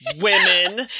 Women